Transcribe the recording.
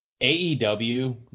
AEW